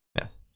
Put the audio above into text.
Yes